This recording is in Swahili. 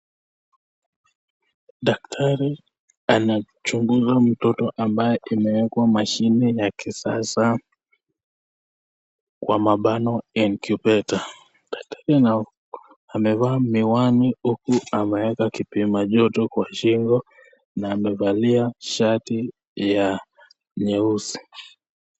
Daktari anachunguza mtoto ambaye imewekwa machine ya kisasa kwa mabano incubator, amevaa miwani huku ameweka kipima joto kwa shingo na amevalia shati ya nyeusi.